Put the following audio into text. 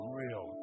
real